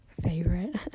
favorite